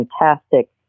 fantastic